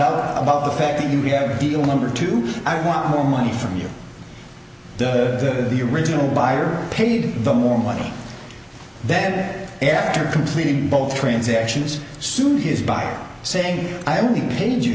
out about the fact that you had a deal number two i want more money from you the original buyer paid the more money then after completing both transactions suit his by saying i only paid you